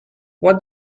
what